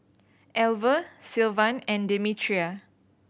Alver Sylvan and Demetria